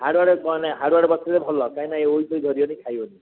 ମାନେ ବସିଲେ ଭଲ କାହିଁକି ନା ଏ ଉଇ ଫୁଇ ଧରିବନି କି ଖାଇବନି